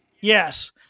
Yes